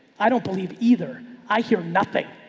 i don't believe either. i hear nothing.